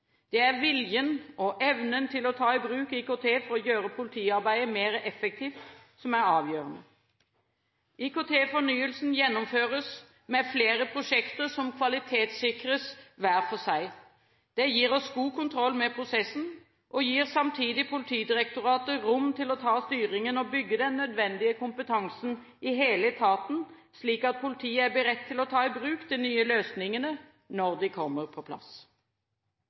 Det er viljen og evnen til å ta i bruk IKT for å gjøre politiarbeidet mer effektivt som er avgjørende. IKT-fornyelsen gjennomføres med flere prosjekter som kvalitetssikres hver for seg. Det gir oss god kontroll med prosessen og gir samtidig Politidirektoratet rom til å ta styringen og bygge den nødvendige kompetanse i hele etaten, slik at politiet er beredt til å ta i bruk de nye løsningene når de kommer på plass.